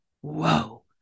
whoa